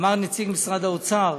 אמר נציג משרד האוצר